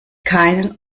keinen